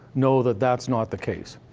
know that that's not the case.